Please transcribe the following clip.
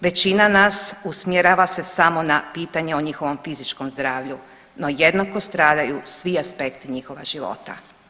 Većina nas usmjerava se samo na pitanje o njihovom fizičkom zdravlju, no jednako stradaju svi aspekti njihova života.